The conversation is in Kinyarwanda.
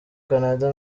canada